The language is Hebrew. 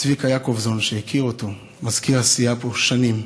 צביקה יעקובזון, שהכיר אותו, מזכיר הסיעה פה שנים,